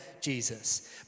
Jesus